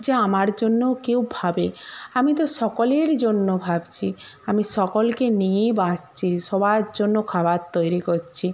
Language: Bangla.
যে আমার জন্যও কেউ ভাবে আমি তো সকলের জন্য ভাবছি আমি সকলকে নিয়েই বাঁচছি সবার জন্য খাবার তৈরি করছি